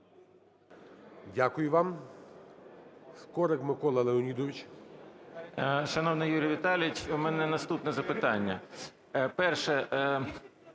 Дякую вам.